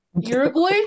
Uruguay